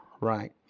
Right